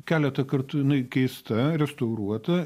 keletą kartų jinai keista restauruota